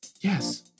Yes